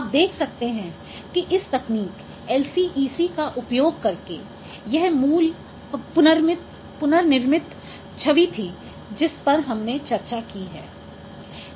आप देख सकते हैं कि इस तकनीक LCEC का उपयोग करके यह मूल पुनर्निर्मित छवि थी जिस पर हमने चर्चा की है